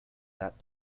that